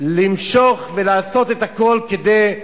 למשוך ולעשות את הכול כדי לבלום,